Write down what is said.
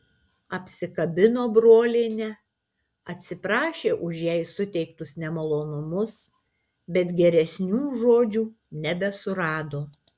apsikabino brolienę atsiprašė už jai suteiktus nemalonumus bet geresnių žodžių nebesurado